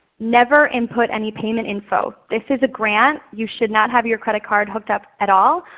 never input any payment info. this is a grant. you should not have your credit card hooked up at all,